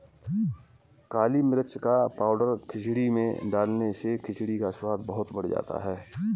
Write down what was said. काली मिर्च का पाउडर खिचड़ी में डालने से खिचड़ी का स्वाद बहुत बढ़ जाता है